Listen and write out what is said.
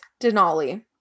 Denali